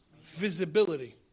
Visibility